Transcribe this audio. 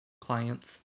clients